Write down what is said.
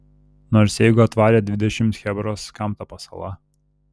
nors jeigu atvarė dvidešimt chebros kam ta pasala